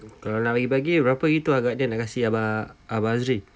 kalau nak bahagi-bahagi berapa gitu agaknya nak kasih abang abang azri